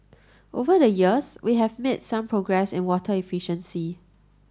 over the years we have made some progress in water efficiency